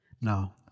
No